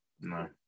No